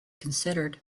considered